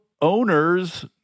owners